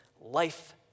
life